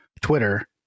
Twitter